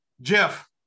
Jeff